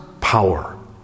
power